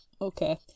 Okay